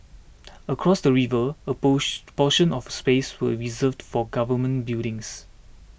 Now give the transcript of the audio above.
across the river a pose portion of space was reserved for government buildings